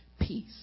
peace